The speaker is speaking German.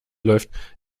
läuft